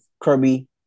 Kirby